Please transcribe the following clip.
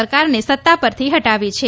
સરકારને સત્તા પરથી હટાવ્યા છે